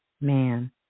man